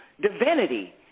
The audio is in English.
divinity